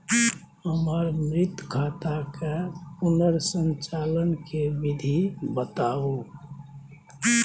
हमर मृत खाता के पुनर संचालन के विधी बताउ?